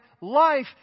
life